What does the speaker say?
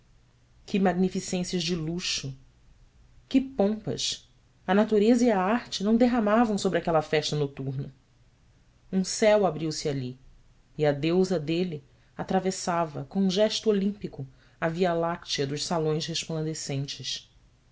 que magnificências de luxo que pompas a natureza e a arte não derramavam sobre aquela festa noturna um céu abriu-se ali e a deusa dele atravessava com gesto olímpio a via-láctea dos salões resplandecentes